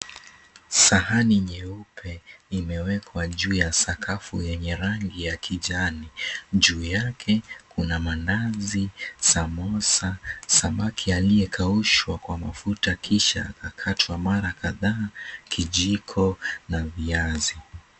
Sahani nyeupe imewekwa juu ya sakafu yenye rangi ya kijani. Juu yake kuna maandazi, samosa, samaki aliyekaushwa kwa mafuta kisha akakatwa mara kadhaa, kijiko na viazi.